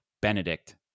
Benedict